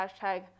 hashtag